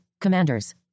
Commanders